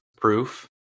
proof